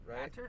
right